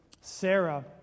Sarah